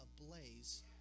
ablaze